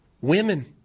women